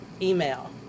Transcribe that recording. email